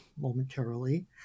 momentarily